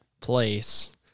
place